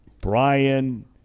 Brian